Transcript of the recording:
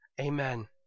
Amen